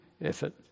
effort